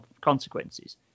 consequences